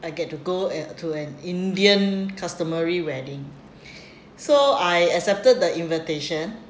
he told me he say ah okay so I I never I never invite uh a lot of people